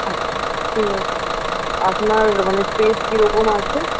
আচ্ছা ঠিক আছে আপনার মানে স্পেস কীরকম আছে